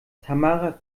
tamara